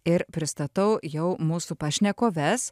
ir pristatau jau mūsų pašnekoves